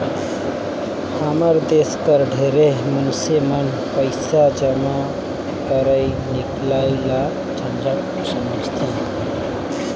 हमर देस कर ढेरे मइनसे मन पइसा जमा करई हिंकलई ल झंझट समुझथें